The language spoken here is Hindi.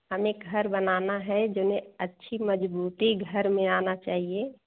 हमें घर बनाना है जेने अच्छी मज़बूती घर में आना चाहिए